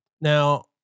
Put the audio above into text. Now